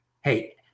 Hey